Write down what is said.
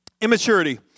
Immaturity